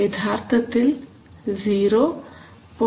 യഥാർത്ഥത്തിൽ 0 0